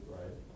right